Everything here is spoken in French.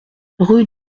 rue